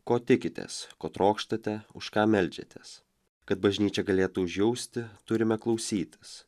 ko tikitės ko trokštate už ką meldžiatės kad bažnyčia galėtų užjausti turime klausytis